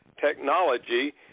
technology